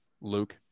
Luke